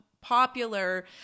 popular